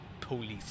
police